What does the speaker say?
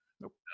Nope